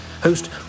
host